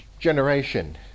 generation